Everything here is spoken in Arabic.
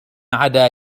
عدا